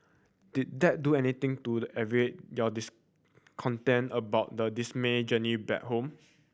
did that do anything to alleviate your discontent about the dismal journey back home